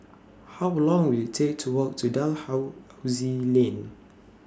How Long Will IT Take to Walk to Dalhousie Lane